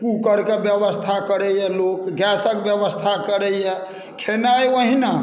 कूकरके व्यवस्था करैए लोक गैसक व्यवस्था करैए खेनाइ ओहिना